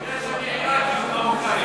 מפני שאני עיראקי, לא מרוקאי.